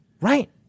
Right